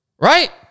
right